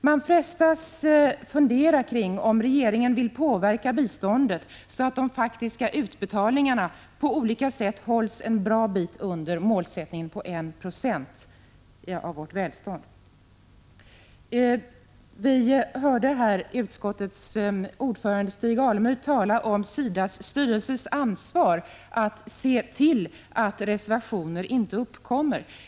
Man frestas fundera över om regeringen vill påverka biståndet så att de faktiska utbetalningarna på olika sätt hålls en bra bit under målsättningen på 1 96 av vårt välstånd. Vi hörde här utskottets ordförande Stig Alemyr tala om SIDA:s styrelses ansvar att se till att reservationer inte uppkommer.